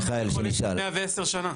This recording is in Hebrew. מיכאל, אלה חלק מהשאלות שנשאל.